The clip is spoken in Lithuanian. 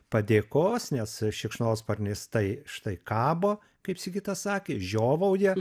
padėkos nes šikšnosparnis tai štai kabo kaip sigitas sakė žiovauja